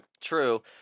True